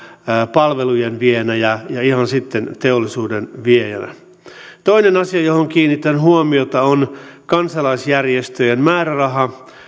palvelujen viejänä ja ihan sitten teollisuuden viejänä toinen asia johon kiinnitän huomiota on kansalaisjärjestöjen määräraha